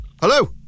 hello